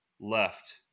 left